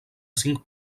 cinc